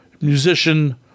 musician